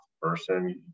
person